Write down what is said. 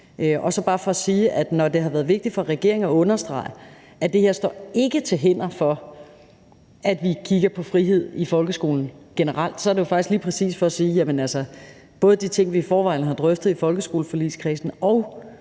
Og så bare for at sige, at når det har været vigtigt for regeringen at understrege, at det her ikke er til hinder for, at vi kigger på frihed i folkeskolen generelt, er det lige præcis for at sige, at både de ting, vi i forvejen har drøftet i folkeskoleforligskredsen, og